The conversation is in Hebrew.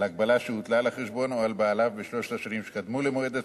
על הגבלה שהוטלה על החשבון או על בעליו בשלוש השנים שקדמו למועד הצירוף,